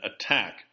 attack